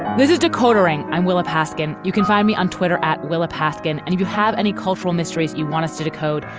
this is decoder ring. i'm willa paskin. you can find me on twitter at willa paskin, and you have any cultural mysteries you want us to decode?